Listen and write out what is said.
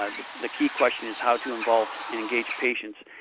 ah the the key question is how to involve and engage patients.